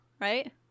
right